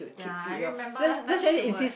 ya I remember last time she would